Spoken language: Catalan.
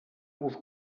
vos